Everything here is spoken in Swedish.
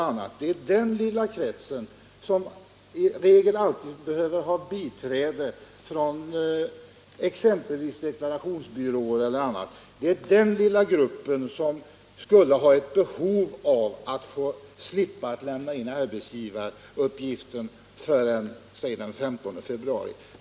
Denna lilla krets behöver — arbetsgivaruppgift i regel ha biträde av exempelvis deklarationsbyråer, och den skulle vara — vid 1977 års betjänt av att slippa lämna in arbetsgivaruppgiften förrän exempelvis = taxering den 15 februari.